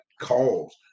calls